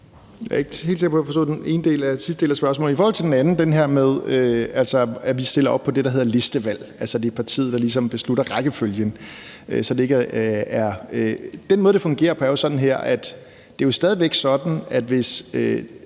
Jeg er ikke helt sikker på, jeg forstod den sidste del af spørgsmålet. I forhold til den anden del, altså det her med, at vi stiller op på det, der hedder listevalg, altså at det er partiet, der ligesom beslutter rækkefølgen, er den måde, det fungerer på, at det jo stadig væk er sådan, at hvis